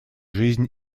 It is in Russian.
жизнь